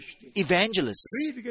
evangelists